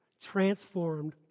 transformed